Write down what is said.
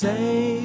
Say